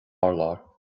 urlár